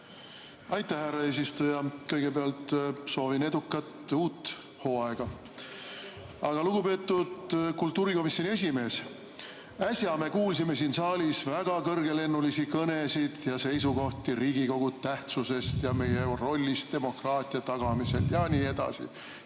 Aitäh, härra eesistuja! Kõigepealt soovin edukat uut hooaega! Aga lugupeetud kultuurikomisjoni esimees, äsja me kuulsime siin saalis väga kõrgelennulisi kõnesid ja seisukohti Riigikogu tähtsusest ja meie rollist demokraatia tagamisel ja nii edasi